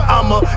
I'ma